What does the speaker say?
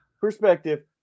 perspective